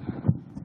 אדוני היושב-ראש,